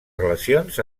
relacions